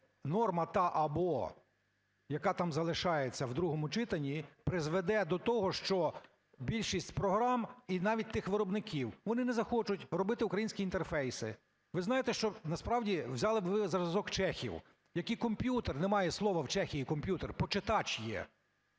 норма "та/або", яка там залишається, в другому читанні, призведе до того, що більшість програм і навіть тих виробників, вони не захочуть робити українські інтерфейси. Ви знаєте, що насправді взяли б ви за зразок чехів, в яких комп'ютер - немає слова в Чехії "комп'ютер", "почитач" є.